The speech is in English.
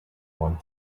one